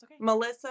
Melissa